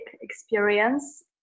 experience